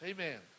Amen